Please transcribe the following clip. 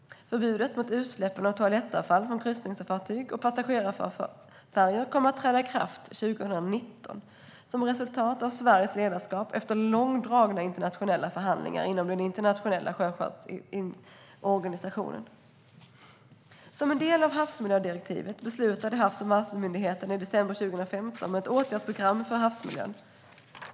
Förbudet mot utsläppen av toalettavfall från kryssningsfartyg och passagerarfärjor kommer att träda i kraft 2019 som ett resultat av Sveriges ledarskap i långdragna internationella förhandlingar inom IMO. Som en del av havsmiljödirektivet beslutade Havs och vattenmyndigheten i december 2015 om ett åtgärdsprogram för havsmiljön.